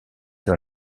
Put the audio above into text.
dans